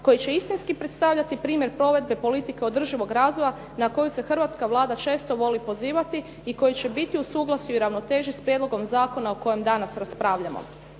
koji će istinski predstavljati primjer provedbe politike održivog razvoja na koju se hrvatska Vlada često voli pozivati i koji će biti u suglasju i ravnoteži s prijedlogom zakona o kojem danas raspravljamo.